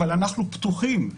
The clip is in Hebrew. אבל אנחנו פתוחים.